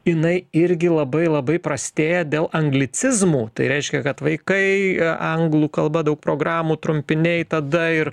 inai irgi labai labai prastėja dėl anglicizmų tai reiškia kad vaikai anglų kalba daug programų trumpiniai tada ir